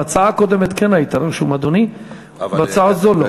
בהצעה הקודמת כן היית רשום, אדוני, בהצעה זו לא.